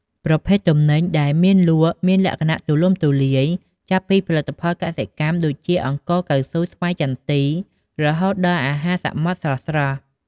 ប្រភេទទំនិញ ដែលមានលក់មានលក្ខណៈទូលំទូលាយ ចាប់ពីផលិតផលកសិកម្មដូចជា អង្ករ កៅស៊ូ ស្វាយចន្ទី រហូតដល់អាហារសមុទ្រស្រស់ៗ។